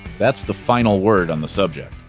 that's the final word on the subject.